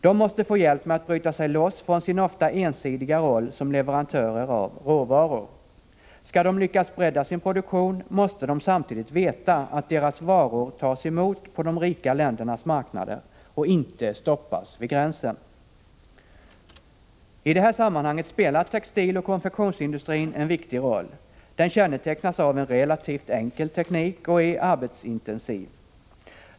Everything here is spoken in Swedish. De måste få hjälp med att bryta sig loss från sin ofta ensidiga roll som leverantör av råvaror. Skall de lyckas bredda sin produktion måste de samtidigt veta att deras varor tas emot på de rika ländernas marknader och inte stoppas vid gränsen. I det här sammanhanget spelar textiloch konfektionsindustrin en viktig roll. Den kännetecknas av en relativt enkel teknik och är arbetsintensiv.